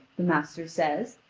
the master says,